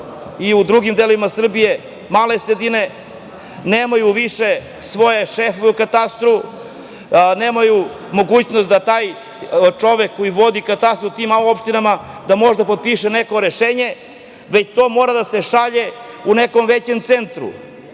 i u drugim delovima Srbije, male sredine nemaju više svoje šefove u katastru, nemaju mogućnost da taj čovek koji vodi katastar u tim malim opštinama, da može da potpiše neko rešenje, već to mora da se šalje u nekom većem centru. Ja